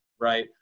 right